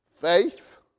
Faith